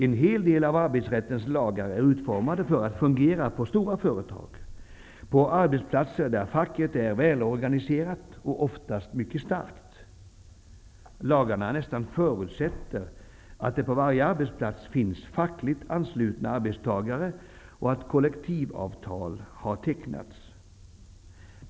En hel del av arbetsrättens lagar är utformade för att fungera på stora företag, på arbetsplatser där facket är välorganiserat och oftast mycket starkt. Lagarna nästan förutsätter att det på varje arbetsplats finns fackligt anslutna arbetstagare och att kollektivavtal har tecknats.